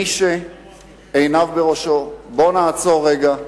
מי שעיניו בראשו, בוא נעצור רגע,